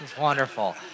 wonderful